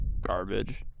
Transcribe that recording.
garbage